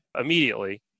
immediately